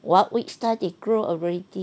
one week's time it grow already